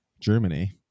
Germany